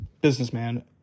businessman